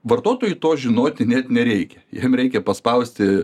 vartotojui to žinoti net nereikia jam reikia paspausti